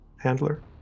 Handler